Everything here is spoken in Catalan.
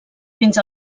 fins